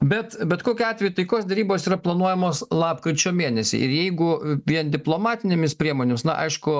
bet bet kokiu atveju taikos derybos yra planuojamos lapkričio mėnesį ir jeigu vien diplomatinėmis priemonėmis na aišku